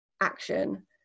action